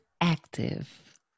active